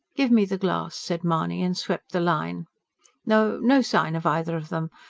give me the glass, said mahony, and swept the line no, no sign of either of them.